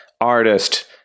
artist